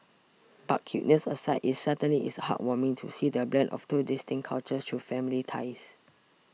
but cuteness aside it certainly is heartwarming to see the blend of two distinct cultures through family ties